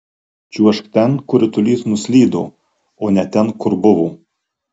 čiuožk ten kur ritulys nuslydo o ne ten kur buvo